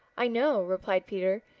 i know, replied peter.